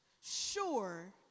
sure